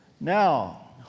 Now